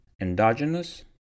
endogenous